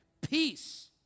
Peace